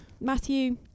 Matthew